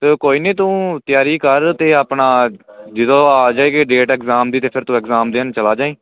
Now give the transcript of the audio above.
ਚਲੋ ਕੋਈ ਨਹੀਂ ਤੂੰ ਤਿਆਰੀ ਕਰ ਤੇ ਆਪਣਾ ਜਦੋਂ ਆ ਜਾਏਗੀ ਡੇਟ ਇਗਜ਼ਾਮ ਦੀ ਤੇ ਫਿਰ ਤੂੰ ਐਗਜ਼ਾਮ ਦੇਣ ਚਲਾ ਜਾਈ